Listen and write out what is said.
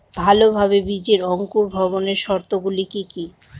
ভালোভাবে বীজের অঙ্কুর ভবনের শর্ত গুলি কি কি?